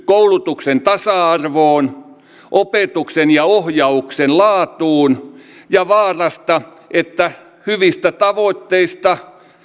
koulutuksen tasa arvoon opetuksen ja ohjauksen laatuun ja vaaraan että hyvissä tavoitteissa